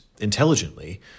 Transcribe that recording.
intelligently